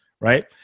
right